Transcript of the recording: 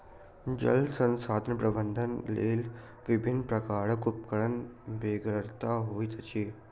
जल संसाधन प्रबंधनक लेल विभिन्न प्रकारक उपकरणक बेगरता होइत अछि